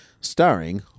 Starring